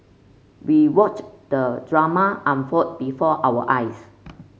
we watched the drama unfold before our eyes